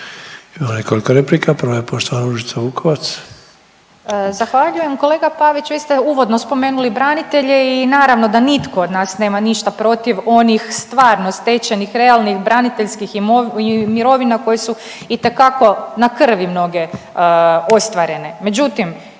Ima nekoliko replika. Prva je poštovana Ružice Vukovac. **Vukovac, Ružica (Nezavisni)** Zahvaljujem. Kolega Pavić vi ste uvodno spomenuli branitelje i naravno da nitko od nas nema ništa protiv onih stvarno stečenih realnih braniteljskih mirovina koje su itekako na krvi mnoge ostvarene. Međutim